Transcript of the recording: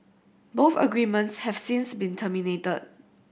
both agreements have since been terminated